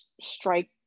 strike